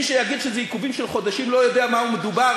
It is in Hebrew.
מי שיגיד שזה עיכובים של חודשים לא יודע במה מדובר.